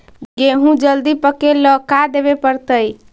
गेहूं जल्दी पके ल का देबे पड़तै?